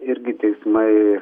irgi teismai